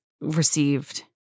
received